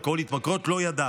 אלכוהול והתמכרויות לא ידע.